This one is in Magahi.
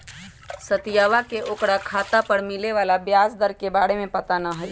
सवितवा के ओकरा खाता पर मिले वाला ब्याज दर के बारे में पता ना हई